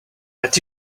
but